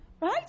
Right